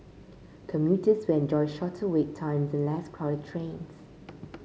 commuters when enjoy shorter wait times and less crowded trains